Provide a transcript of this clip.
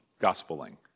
gospeling